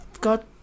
God